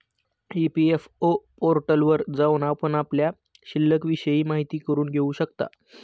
EPFO पोर्टलवर जाऊन आपण आपल्या शिल्लिकविषयी माहिती करून घेऊ शकता